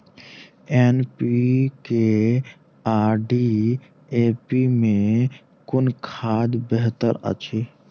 NPK आ DAP मे कुन खाद बेहतर अछि?